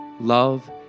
Love